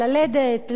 ללדת,